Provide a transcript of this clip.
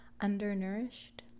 undernourished